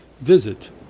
visit